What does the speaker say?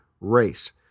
race